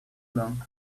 long